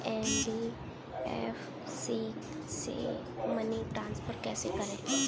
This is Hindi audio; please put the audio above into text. एन.बी.एफ.सी से मनी ट्रांसफर कैसे करें?